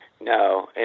No